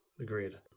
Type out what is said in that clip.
agreed